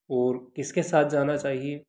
और किसके साथ जाना चाहिए